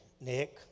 Nick